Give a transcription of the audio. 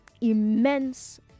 Immense